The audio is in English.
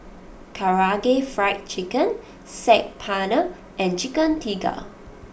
Karaage Fried Chicken Saag Paneer and Chicken Tikka